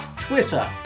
Twitter